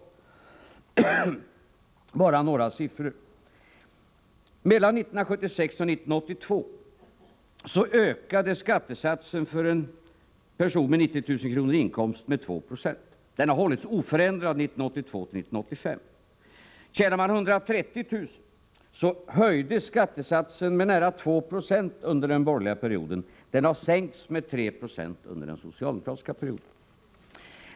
Jag skall ta några siffror. Mellan 1976 och 1982 ökade skattesatsen för en person med 90 000 kr. i inkomst med 2 96. Den har hållits oförändrad 1982-1985. För den som tjänar 130 000 kr. höjdes skattesatsen med nära 2 20 under den borgerliga perioden, och den har sänkts med 3 26 under den socialdemokratiska perioden.